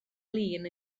lin